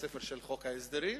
הספר של חוק ההסדרים,